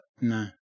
No